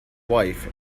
wife